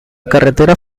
carretera